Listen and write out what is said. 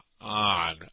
on